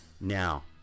now